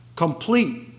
Complete